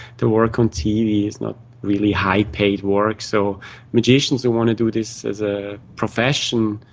the work on tv is not really high-paid work, so magicians who want to do this as a profession,